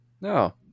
No